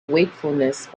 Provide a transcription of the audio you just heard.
wakefulness